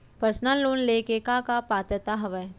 Personal loan ले के का का पात्रता का हवय?